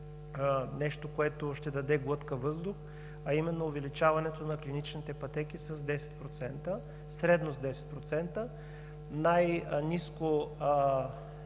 нещо, което ще даде глътка въздух, а именно увеличаването на клиничните пътеки средно с 10%. Най-ниско